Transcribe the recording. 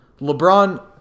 LeBron